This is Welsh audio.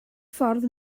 ffordd